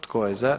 Tko je za?